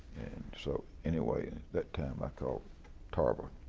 and so anyway that time, i called tarver.